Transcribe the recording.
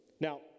Now